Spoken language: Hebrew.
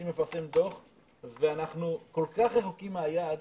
מפרסם דוח ואנחנו כל כך רחוקים מהיעד,